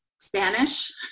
Spanish